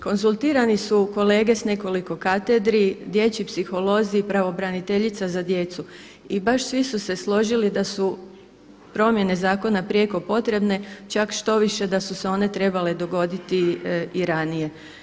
Konzultirani su kolege s nekoliko katedri, dječji psiholozi, pravobraniteljica za djecu i baš svi su se složili da su promjene zakona prijeko potrebne, čak štoviše da su se one trebale dogodi i ranije.